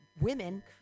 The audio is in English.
women